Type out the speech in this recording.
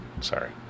Sorry